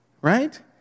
Right